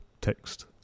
text